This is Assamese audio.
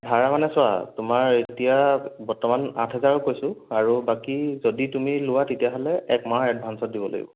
ভাড়া মানে চোৱা তোমাৰ এতিয়া বৰ্তমান আঠ হাজাৰ কৈছোঁ আৰু বাকী যদি তুমি লোৱা তেতিয়াহ'লে এক মাহৰ এডভান্সো দিব লাগিব